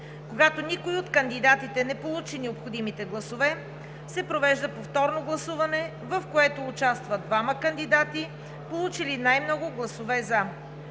Когато никой от кандидатите не получи необходимите гласове, се провежда повторно гласуване, в което участват двамата кандидати, получили най-много гласове „за“.